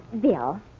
Bill